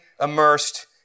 immersed